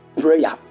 Prayer